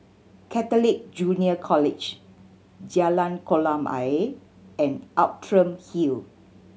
Catholic Junior College Jalan Kolam Ayer and Outram Hill